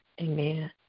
amen